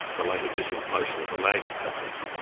the later disinflation of the laggard countries,